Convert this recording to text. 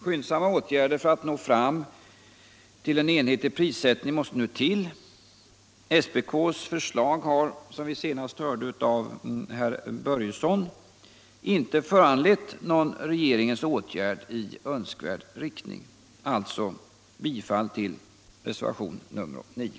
Skyndsamma åtgärder för att nå fram till en enhetlig prissättning måste nu till. SPK:s förslag har, som vi senast hörde av herr Börjesson, inte föranlett någon regeringens åtgärd i önskvärd riktning. Alltså yrkas bifall till reservationen 9.